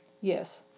Yes